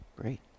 Great